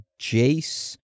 Jace